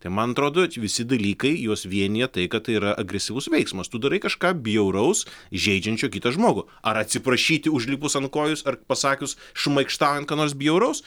tai man atrodo visi dalykai juos vienija tai kad tai yra agresyvus veiksmas tu darai kažką bjauraus įžeidžiančio kitą žmogų ar atsiprašyti užlipus ant kojos ar pasakius šmaikštaujant ką nors bjauraus